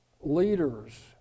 leaders